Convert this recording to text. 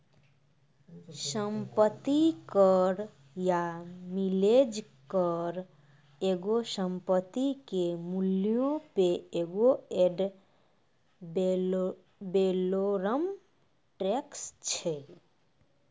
सम्पति कर या मिलेज कर एगो संपत्ति के मूल्यो पे एगो एड वैलोरम टैक्स छै